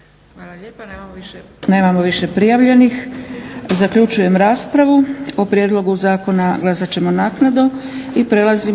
Hvala lijepa. Nemamo više prijavljenih. Zaključujem raspravu. O prijedlogu zakona glasat ćemo naknadno. **Stazić,